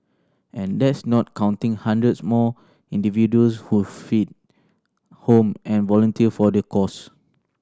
and that's not counting hundreds more individuals who feed home and volunteer for the cause